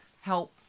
help